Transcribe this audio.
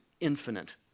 infinite